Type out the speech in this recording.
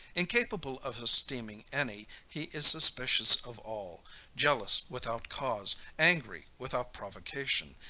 incapable of esteeming any, he is suspicious of all jealous without cause, angry without provocation,